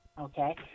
Okay